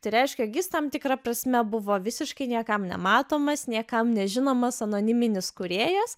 tai reiškia jog is tam tikra prasme buvo visiškai niekam nematomas niekam nežinomas anoniminis kūrėjas